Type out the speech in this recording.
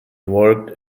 worked